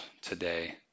today